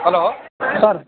hello sir